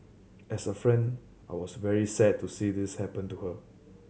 as a friend I was very sad to see this happen to her